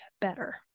better